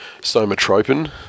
somatropin